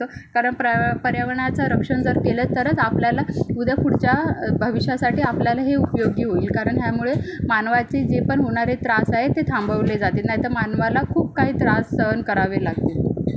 कारण प्रा पर्यावरणाचं रक्षण जर केलं तरच आपल्याला उद्या पुढच्या भविष्यासाठी आपल्याला हे उपयोगी होईल कारण ह्यामुळे मानवाचे जे पण होणारे त्रास आहेत ते थांबवले जातील नाहीतर मानवाला खूप काही त्रास सहन करावे लागतील